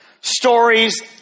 stories